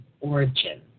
origin